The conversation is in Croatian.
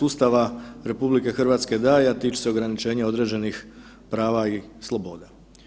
Ustava RH daje, a tiče se ograničenja određenih prava i sloboda.